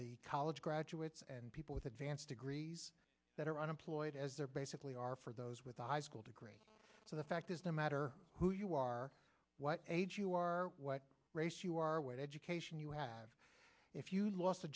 the college graduates and people with advanced degrees that are unemployed as they're basically are for those with a high school degree so the fact is no matter who you are what age you are what race you are or what education you have if you lost a